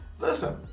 listen